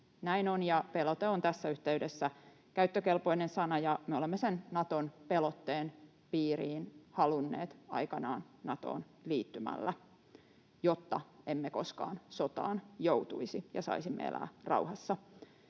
Näin on, ja pelote on tässä yhteydessä käyttökelpoinen sana, ja me olemme sen Naton pelotteen piiriin halunneet aikanaan Natoon liittymällä, jotta emme koskaan sotaan joutuisi ja saisimme elää rauhassa.